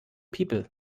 people